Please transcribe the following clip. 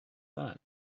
that